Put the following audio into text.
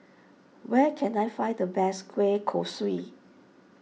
where can I find the best Kueh Kosui